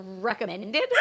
Recommended